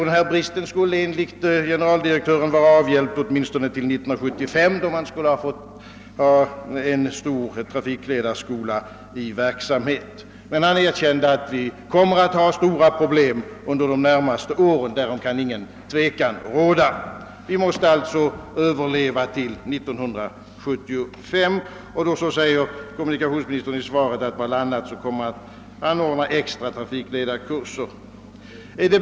Denna brist skulle enligt generaldirektören vara avhjälpt åtminstone till 1975, då man skulle ha en stor trafikledarskola i verksamhet. Men han erkände, att vi kommer att ha stora problem under de närmaste åren, och därom kan ingen tvekan råda. Vi måste alltså överleva till 1975. Kommunikationsministern säger i svaret, att det bl.a. kommer att anordnas extra trafikledarkurser.